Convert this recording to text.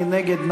מי נגד?